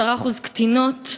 אנחנו עוברים לשאילתות דחופות.